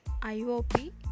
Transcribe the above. IOP